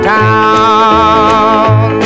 town